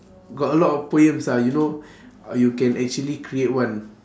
got a lot of poems lah you know you can actually create one